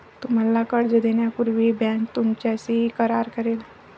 तुम्हाला कर्ज देण्यापूर्वी बँक तुमच्याशी करार करेल